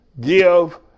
give